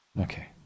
Okay